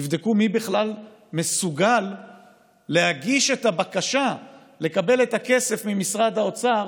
תבדקו מי בכלל מסוגל להגיש את הבקשה לקבל את הכסף ממשרד האוצר